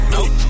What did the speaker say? Nope